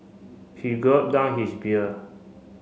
he gulp down his beer